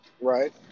Right